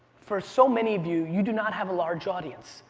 for so many of you, you do not have a large audience.